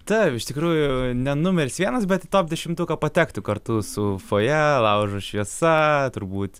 taip iš tikrųjų ne numeris vienas bet į top dešimtuką patektų kartu su foje laužo šviesa turbūt